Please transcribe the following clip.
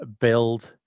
build